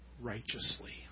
righteously